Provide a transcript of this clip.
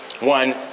one